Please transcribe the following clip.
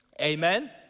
Amen